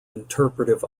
interpretive